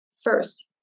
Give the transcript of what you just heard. First